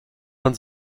von